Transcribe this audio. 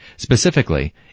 Specifically